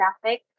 traffic